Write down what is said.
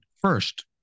first